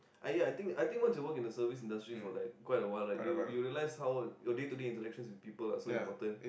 !aiya! I think I think once you work in the service industry for like quite awhile right you you realize how your day to day interactions with people are so important